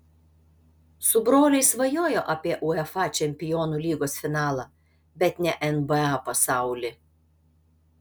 su broliais svajojo apie uefa čempionų lygos finalą bet ne nba pasaulį